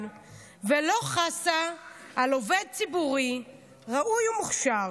ולא חסה על עובד ציבור ראוי ומוכשר,